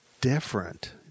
different